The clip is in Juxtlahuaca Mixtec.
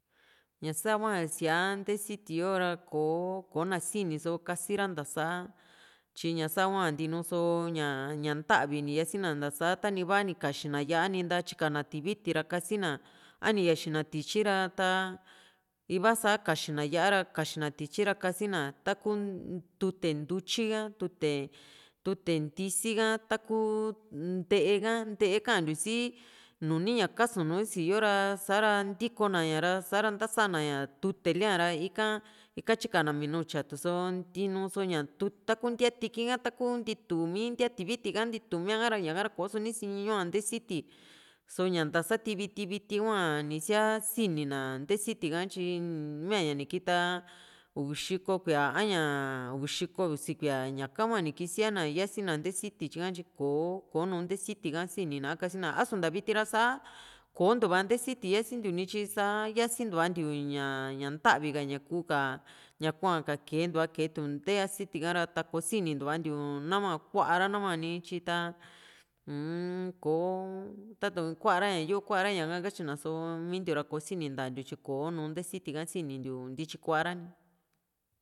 ña sahua sia nte siti yo ra kò´o ko na sini so kasira ntasa tyi ña sa hua ntinuso ña ña ntavi ni siasina ntasa ta´ni iva ni kaxi na yá´a ni nta tyika na tiviti ra kasi na a ni yaxi na tiyi ra ta ivaa sa kaxi na yá´a ra kaxina tityi ra kasina taku tute ntutyi ka tute tute ntisi ka taku ntee ka ntee kantiu si nuni ña kasu nu síoo ra sa´ra ntokina ña ra sa´ra ntasa na ña tute lia ra ika ika tyika na minu tyatu so ntiinu so ña taku ntíaa tiki´n ha taku ntiitu mi ntíaa tiviti ka ntituu miaa ra ñaka ra koso ni siniñu ña nte siti so´ña nta sati viti viti hua ni kisia sini na nte siti ka tyi mia´ña ni kita uvi xiko kuíaa a ña uvi xiko usi kuíaa ñaka hua ni kisia na yasi na nte siti ka tyi kò´o ko nte siti ka sini na kasina a´su nta viti ra sa koontua nte siti siasintiu ni tyi sa yasintua ntiu ña ña ntavi ka ñaku ka ñakua ka kee keentua ke tu nte siti ka ra kosinintua ntiu nahua kuara nahua ni tyi ta uun ko ta´tun kuara katyina so mintiu ra kosintiu nta ntiu tyi ko´nu nte siti ka sinintiu ntityi kua´ra